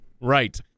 Right